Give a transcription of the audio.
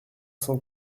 cent